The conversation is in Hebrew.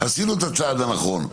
עשינו את הצעד הנכון,